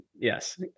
yes